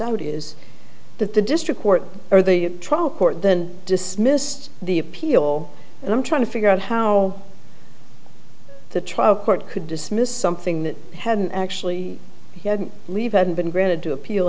out is that the district court or the trial court then dismissed the appeal and i'm trying to figure out how the trial court could dismiss something that hadn't actually leave hadn't been granted to appeal